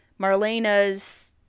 Marlena's